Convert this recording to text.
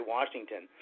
Washington